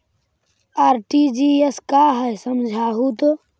RTGS का है समझाहू तो?